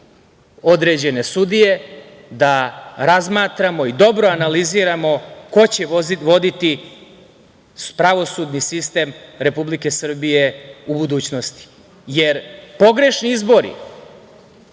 određene sudije, da razmatramo i dobro analiziramo ko će voditi pravosudni sistem Republike Srbije u budućnosti. Jer, pogrešni izbori